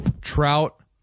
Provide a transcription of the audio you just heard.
Trout